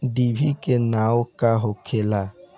डिभी के नाव का होखेला?